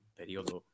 periodo